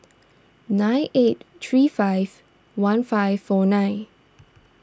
nine eight three five one five four nine